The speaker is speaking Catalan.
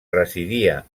residia